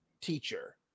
teacher